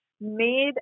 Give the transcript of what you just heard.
made